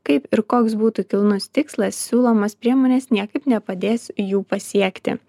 kaip ir koks būtų kilnus tikslas siūlomos priemonės niekaip nepadės jų pasiekti